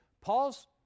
Paul's